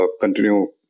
continue